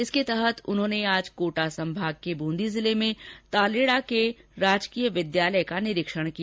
इसके तहत उन्होंने आज कोटा संभाग के ब्रंदी जिले में तालेड़ा के राजकीय विद्यालय का निरीक्षण किया